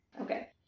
Okay